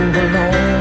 alone